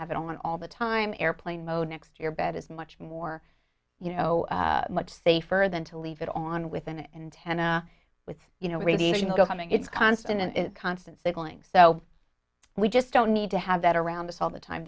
have it on all the time airplane mode next to your bed is much more you know much safer than to leave it on with an antenna with you know ready to go humming it's constant and constant signaling so we just don't need to have that around this all the time